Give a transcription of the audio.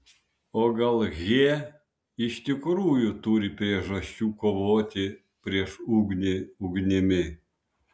o gal h iš tikrųjų turi priežasčių kovoti prieš ugnį ugnimi